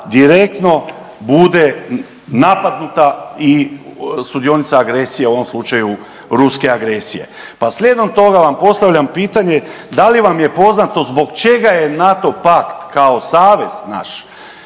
direktno bude napadnuta i sudionica agresije, u ovom slučaju ruske agresije. Pa slijedom toga vam postavljam pitanje, da li vam je poznato zbog čega je NATO pakt kao savez naš